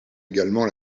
également